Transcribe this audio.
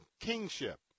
kingship